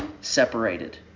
separated